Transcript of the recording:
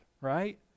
right